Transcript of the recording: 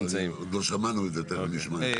עוד לא שמענו את זה, תיכף נשמע.